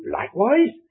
likewise